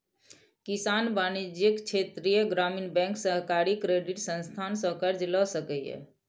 किसान वाणिज्यिक, क्षेत्रीय ग्रामीण बैंक, सहकारी क्रेडिट संस्थान सं कर्ज लए सकैए